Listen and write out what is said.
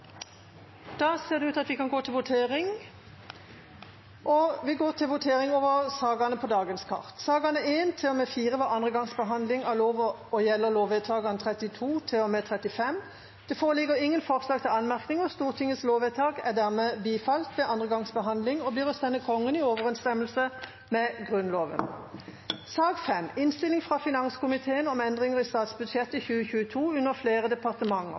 Da er Stortinget klar til å gå til votering over sakene på dagens kart. Sakene nr. 1 –4 er andre gangs behandling av lovsaker og gjelder lovvedtakene 32 til og med 35. Det foreligger ingen forslag til anmerkning. Stortingets lovvedtak er dermed bifalt ved andre gangs behandling og blir å sende Kongen i overensstemmelse med Grunnloven. Under debatten er det satt fram i alt 29 forslag. Det er forslagene nr. 1–3, fra